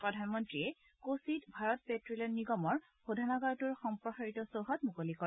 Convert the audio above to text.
প্ৰধানমন্ত্ৰীয়ে কোচিত ভাৰত পেট্টলিয়াম নিগমৰ শোধানাগাৰটোৰ সম্প্ৰসাৰিত চৌহদ মুকলি কৰে